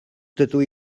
dydw